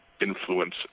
influence